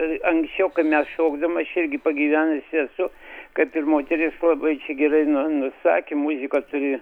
ir anksčiau kai mes šokdavom aš irgi pagyvenęs esu kad ir moteris labai čia gerai nusakė muzika turi